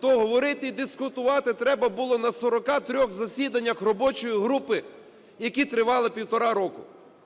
то говорити і дискутувати треба було на 43 засіданнях робочої групи, які тривали півтора року,